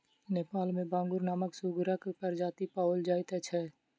नेपाल मे बांगुर नामक सुगरक प्रजाति पाओल जाइत छै